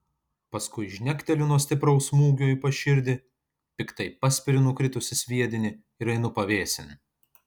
paskui žnekteliu nuo stipraus smūgio į paširdį piktai paspiriu nukritusį sviedinį ir einu pavėsin